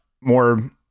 more